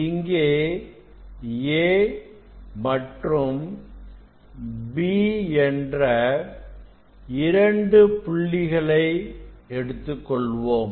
இங்கே A மற்றும்B என்ற இரண்டு புள்ளிகளை எடுத்துக்கொள்வோம்